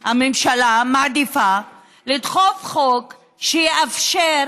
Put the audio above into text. הממשלה מעדיפה, לדחוף חוק שיאפשר